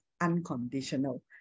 unconditional